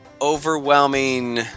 overwhelming